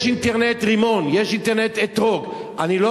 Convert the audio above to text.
יש אינטרנט "רימון", יש אינטרנט "אתרוג".